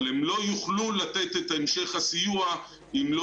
אבל הן לא יוכלו לתת את המשך הסיוע אם לא